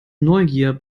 neugier